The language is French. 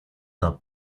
d’un